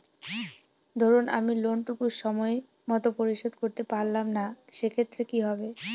ধরুন আমি লোন টুকু সময় মত পরিশোধ করতে পারলাম না সেক্ষেত্রে কি হবে?